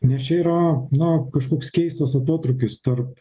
nes čia yra na kažkoks keistas atotrūkis tarp